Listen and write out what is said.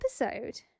episode